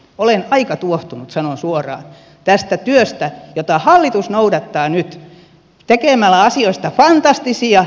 olen aika tuohtunut sanon suoraan tästä työstä jota hallitus noudattaa nyt tekemällä asioista fantastisia